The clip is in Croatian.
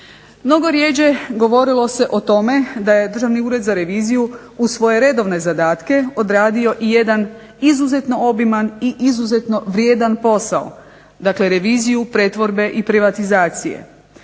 Mnogo rjeđe govorilo se o tome da je Državni ured za reviziju uz svoje redovne zadatke odradio i jedan izuzetno obiman i izuzetno vrijedan posao, dakle reviziju pretvorbe i privatizacije.